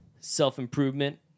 self-improvement